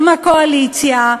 הוא מהקואליציה,